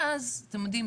ואז אתם יודעים,